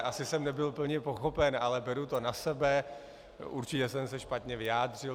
Asi jsem nebyl plně pochopen, ale beru to na sebe, určitě jsem se špatně vyjádřil.